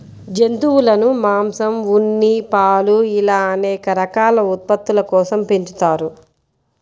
జంతువులను మాంసం, ఉన్ని, పాలు ఇలా అనేక రకాల ఉత్పత్తుల కోసం పెంచుతారు